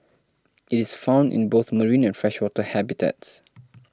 it is found in both marine and freshwater habitats